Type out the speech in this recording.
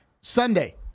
Sunday